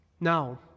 Now